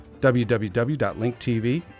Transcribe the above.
www.linktv